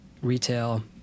Retail